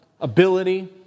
ability